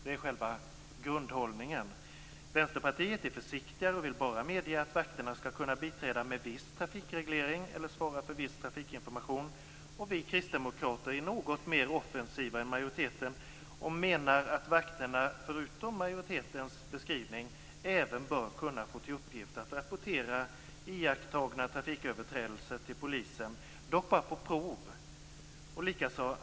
Det är själva grundhållningen. Vänsterpartiet är försiktigare och vill bara medge att vakterna skall kunna biträda med viss trafikreglering eller svara för viss trafikinformation. Vi kristdemokrater är något mer offensiva än majoriteten och menar att vakterna förutom det som majoriteten säger bör kunna få i uppgift att rapportera iakttagna trafiköverträdelser till polisen. Detta skall dock bara ske på prov.